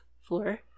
floor